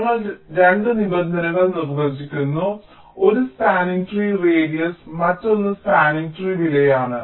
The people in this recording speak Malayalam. ഞങ്ങൾ 2 നിബന്ധനകൾ നിർവ്വചിക്കുന്നു ഒന്ന് സ്പാനിങ് ട്രീ റേഡിയസ് മറ്റൊന്ന് സ്പാനിങ് ട്രീ വിലയാണ്